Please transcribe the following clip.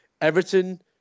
Everton